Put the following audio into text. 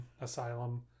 Asylum